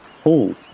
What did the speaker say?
hall